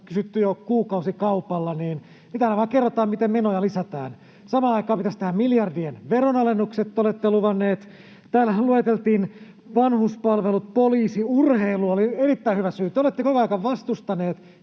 kysytty jo kuukausikaupalla, niin täällä vain kerrotaan, miten menoja lisätään. Samaan aikaan pitäisi tehdä miljardien veronalennukset, niin te olette luvanneet. Täällähän lueteltiin vanhuspalvelut, poliisi — urheilu oli erittäin hyvä syy. Te olette koko ajan vastustaneet